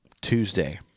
Tuesday